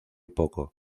poco